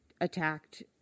attacked